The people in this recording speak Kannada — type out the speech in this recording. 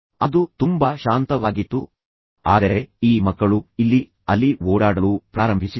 ಅದು ತುಂಬಾ ಶಾಂತವಾಗಿತ್ತು ಆದರೆ ಈ ಮಕ್ಕಳು ಇಲ್ಲಿ ಅಲ್ಲಿ ಓಡಾಡಲು ಪ್ರಾರಂಭಿಸಿದರು